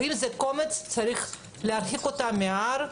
אם זה קומץ אז צריך להרחיק אותם מן ההר,